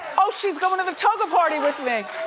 oh, she's going to the toga party with me.